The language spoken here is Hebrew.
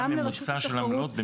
גם לרשות התחרות,